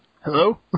Hello